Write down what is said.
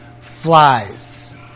flies